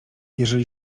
jeżeli